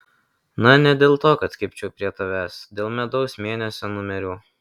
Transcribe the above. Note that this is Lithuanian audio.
na ne dėl to kad kibčiau prie tavęs dėl medaus mėnesio numerių